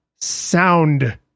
sound